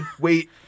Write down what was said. Wait